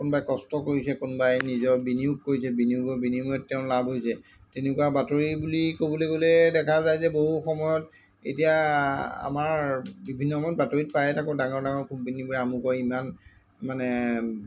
কোনোবাই কষ্ট কৰিছে কোনোবাই নিজৰ বিনিয়োগ কৰিছে বিনিয়োগৰ বিনিময়ত তেওঁৰ লাভ হৈছে তেনেকুৱা বাতৰি বুলি ক'বলৈ গ'লে দেখা যায় যে বহু সময়ত এতিয়া আমাৰ বিভিন্ন সময়ত বাতৰিত পায়ে থাকোঁ ডাঙৰ ডাঙৰ কোম্পানীবোৰে আমুকৰ ইমান মানে